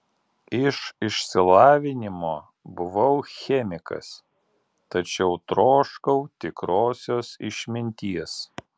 iš išsilavinimo buvau chemikas tačiau troškau tikrosios išminties